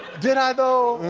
did i, though?